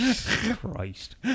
christ